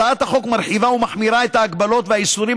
הצעת החוק מרחיבה ומחמירה את ההגבלות והאיסורים